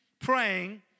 praying